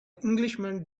englishman